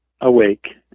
awake